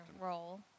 role